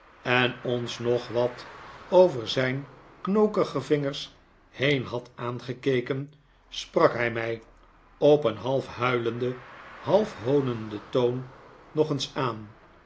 en ons nog wat over zijn knokige vingers heen had aangekeken sprak hij mij op een half huilenden half hoonenden toon nog eens aan